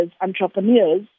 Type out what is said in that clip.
entrepreneurs